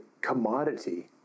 commodity